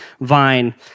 vine